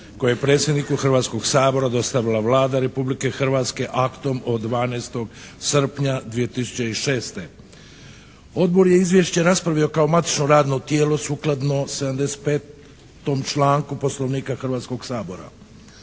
koje je predsjedniku Hrvatskog sabora dostavila Vlada Republike Hrvatske aktom od 12. srpnja 2006. Odbor je izvješće raspravio kao matično radno tijelo sukladno 75. članku Poslovnika Hrvatskog sabora.